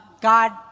God